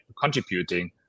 contributing